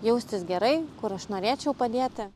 jaustis gerai kur aš norėčiau padėti